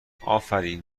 آفرین